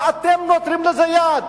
ואתם נותנים לזה יד.